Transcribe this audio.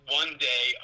one-day